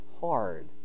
hard